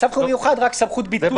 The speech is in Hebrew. מצב חירום מיוחד רק סמכות ביטול.